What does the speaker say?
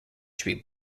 should